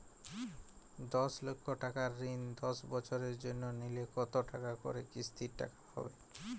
দশ লক্ষ টাকার ঋণ দশ বছরের জন্য নিলে কতো টাকা করে কিস্তির টাকা হবে?